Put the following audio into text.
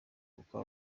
kuko